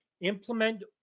implement